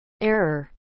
error